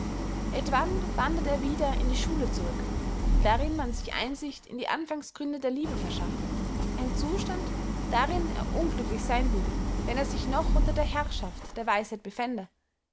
etwann wandert er wieder in die schule zurück darinn man sich einsicht in die anfangsgründe der liebe verschaft ein zustand darinn er unglücklich seyn würde wenn er sich noch unter der herrschaft der weisheit befände